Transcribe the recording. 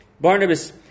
Barnabas